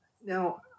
now